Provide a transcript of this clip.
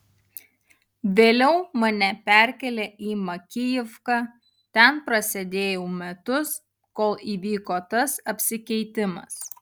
vėliau mane perkėlė į makijivką ten prasėdėjau metus kol įvyko tas apsikeitimas